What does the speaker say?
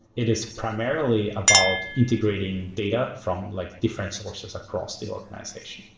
it is primarily about integrating data from like different sources across the organization.